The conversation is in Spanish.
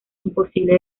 imposible